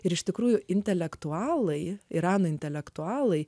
ir iš tikrųjų intelektualai irano intelektualai